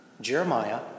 Jeremiah